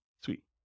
Sweet